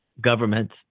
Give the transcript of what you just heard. government